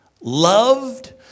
loved